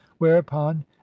whereupon